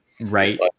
Right